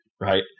right